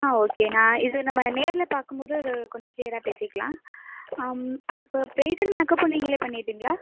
ஆ okay நான் இது நம்ம நேரில் பார்க்கும்போது இது கொஞ்சம் க்ளீயராக பேசிக்கலாம் அதுக்கு ப்ரைடல் மேக்கப்பும் நீங்களே பண்ணிடுறீங்களா